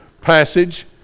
passage